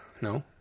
No